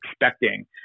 expecting